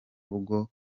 rugo